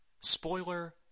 Spoiler